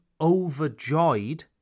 overjoyed